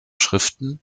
schriften